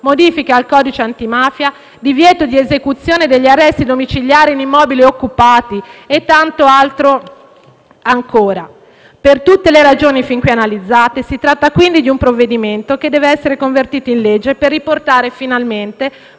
modifica al codice antimafia; divieto di esecuzione degli arresti domiciliari in immobili occupati e tanto altro ancora. Per tutte le ragioni fin qui analizzate, si tratta quindi di un provvedimento che deve essere convertito in legge per riportare finalmente